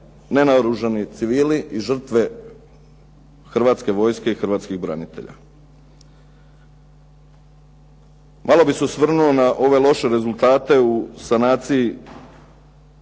nenaoružani civili i žrtve Hrvatske vojske i hrvatskih branitelja. Malo bih se osvrnuo na ove loše rezultate u sanaciji